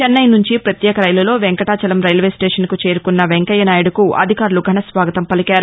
చెన్నై నుంచి ప్రత్యేక రైలులో వెంకటాచలం రైల్వేస్టేషన్కు చేరుకున్న వెంకయ్యనాయుడుకు అధికారులు ఘనస్వాగతం పలికారు